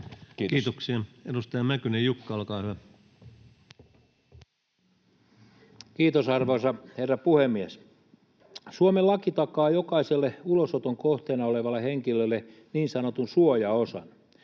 muuttamisesta Time: 19:10 Content: Kiitos, arvoisa herra puhemies! Suomen laki takaa jokaiselle ulosoton kohteena olevalle henkilölle niin sanotun suojaosan.